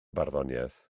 barddoniaeth